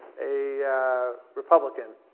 a republican,